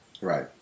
Right